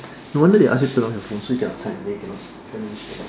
no wonder they ask you turn off your phone so you cannot time then you cannot challenge them